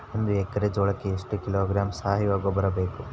ಒಂದು ಎಕ್ಕರೆ ಜೋಳಕ್ಕೆ ಎಷ್ಟು ಕಿಲೋಗ್ರಾಂ ಸಾವಯುವ ಗೊಬ್ಬರ ಬೇಕು?